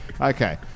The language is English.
Okay